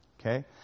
okay